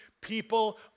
People